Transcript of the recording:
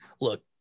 look